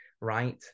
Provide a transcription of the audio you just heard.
right